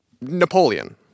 Napoleon